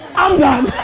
i'm done.